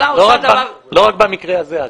לא רק במקרה הזה.